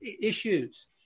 issues